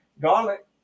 Garlic